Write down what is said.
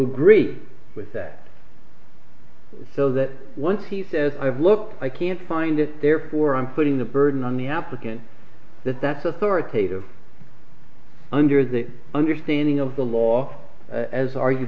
agree with that so that once he says i've looked i can't find it therefore i'm putting the burden on the applicant that that's authoritative under the understanding of the law as argued